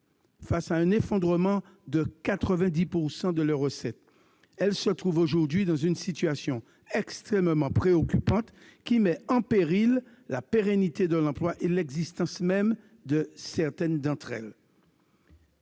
face à un effondrement de 90 % de leurs recettes, et se trouvent aujourd'hui dans une situation extrêmement préoccupante, qui met en péril la pérennité de l'emploi et l'existence même de certaines d'entre elles.